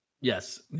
yes